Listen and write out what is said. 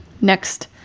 Next